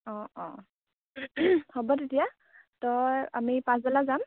অঁ অঁ হ'ব তেতিয়া তই আমি পাছবেলা যাম